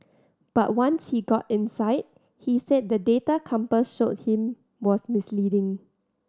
but once he got inside he said the data compass showed him was misleading